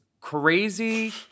crazy